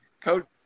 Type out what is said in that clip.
Coach